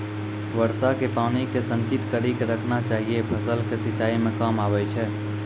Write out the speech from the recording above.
वर्षा के पानी के संचित कड़ी के रखना चाहियौ फ़सल के सिंचाई मे काम आबै छै?